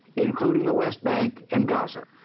including the west bank and gaza.